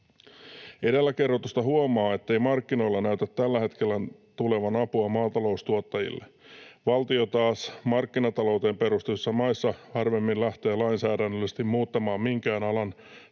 Edellä kerrotusta huomaa, ettei markkinoilta näytä tällä hetkellä tulevan apua maata-loustuottajille. Valtio taas markkinatalouteen perustuvissa maissa harvemmin lähtee lainsäädännöllisesti muuttamaan minkään alan